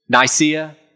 Nicaea